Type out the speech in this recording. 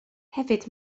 hefyd